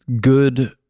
good